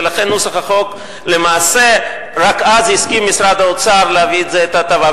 ולכן נוסח החוק למעשה רק אז הסכים משרד האוצר להביא את ההטבה,